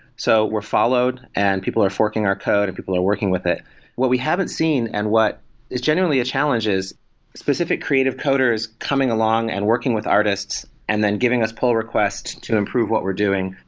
so we're followed and people are forking our code and people are working with it what we haven't seen and what is generally a challenge is specific creative coders coming along and working with artists and giving us poll request to improve what we're doing,